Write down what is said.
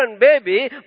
baby